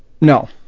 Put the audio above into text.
No